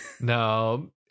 No